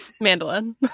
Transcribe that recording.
mandolin